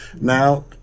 Now